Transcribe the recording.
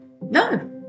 no